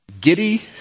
giddy